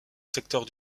secteur